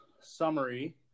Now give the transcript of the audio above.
summary